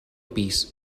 pis